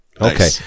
Okay